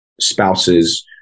spouses